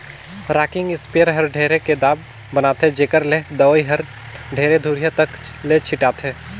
rocking sprayer हर ढेरे के दाब बनाथे जेखर ले दवई हर ढेरे दुरिहा तक ले छिटाथे